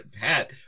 Pat